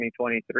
2023